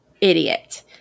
idiot